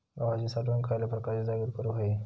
गव्हाची साठवण खयल्या प्रकारच्या जागेत करू होई?